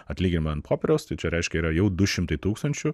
atlygnimą ant popieriaus tai čia reiškia yra jau du šimtai tūkstančių